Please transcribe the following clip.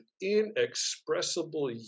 inexpressible